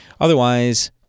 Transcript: Otherwise